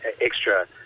extra